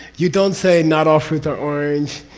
you don't say, not all fruits are orange.